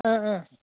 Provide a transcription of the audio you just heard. ओह ओह